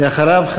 ואחריו,